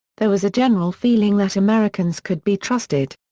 there was a general feeling that americans could be trusted.